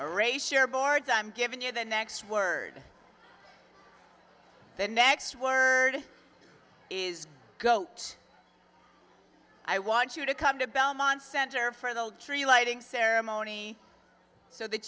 share boards i'm giving you the next word the next word is goat i want you to come to belmont center for the old tree lighting ceremony so that